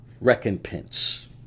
recompense